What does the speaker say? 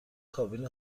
کابین